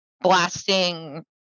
blasting